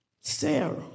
Sarah